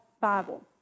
Bible